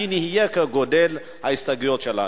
הדין יהיה כמספר ההסתייגויות שלנו.